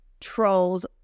trolls